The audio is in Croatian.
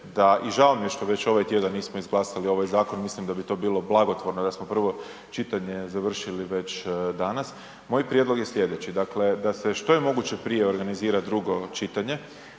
i žao mi je što već ovak tjedan nismo izglasali ovaj zakon, mislim da bi to bilo blagotvorno da smo prvo čitanje završili već danas, moj prijedlog je slijedeći, dakle da se što je moguće prije organizira drugo čitanje,